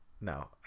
No